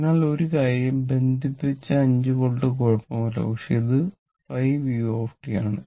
അതിനാൽ ഒരു കാര്യം ബന്ധിപ്പിച്ച 5 വോൾട്ട് കുഴപ്പമില്ല പക്ഷേ ഇത് 5 u ആണ്